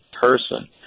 person